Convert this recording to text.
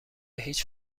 هیچ